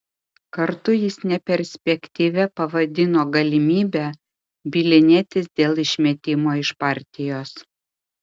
kartu jis neperspektyvia pavadino galimybę bylinėtis dėl išmetimo iš partijos